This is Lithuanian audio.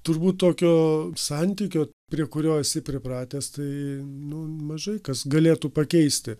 turbūt tokio santykio prie kurio esi pripratęs tai nu mažai kas galėtų pakeisti